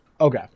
Okay